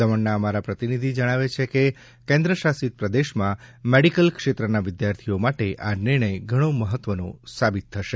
દમણના અમારા પ્રતિનિધિ જણાવે છે કે કેન્દ્રશાસિત પ્રદેશના મેડીકલ ક્ષેત્રના વિદ્યાર્થીઓ માટે આ નિર્ણય ઘણો મહત્વનો સાબિત થશે